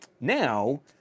Now